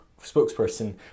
spokesperson